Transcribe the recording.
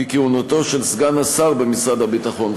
כי כהונתו של סגן השר במשרד הביטחון,